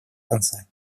конца